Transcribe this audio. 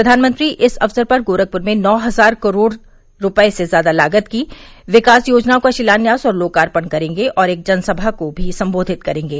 प्रधानमंत्री इस अवसर पर गोरखपुर में नौ हजार करोड़ से ज्यादा लागत की विकास योजनाओं का शिलान्यास और लोकार्पण करेंगे और एक जनसभा को भी संबोधित करेंगे